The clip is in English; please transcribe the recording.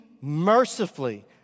mercifully